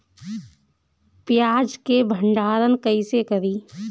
प्याज के भंडारन कईसे करी?